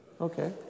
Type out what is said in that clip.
Okay